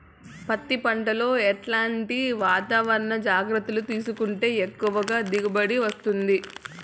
పత్తి పంట లో ఎట్లాంటి వాతావరణ జాగ్రత్తలు తీసుకుంటే ఎక్కువగా దిగుబడి వస్తుంది?